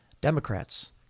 Democrats